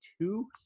two